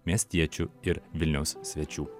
miestiečių ir vilniaus svečių